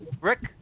Rick